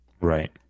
Right